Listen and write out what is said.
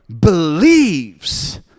believes